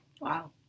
Wow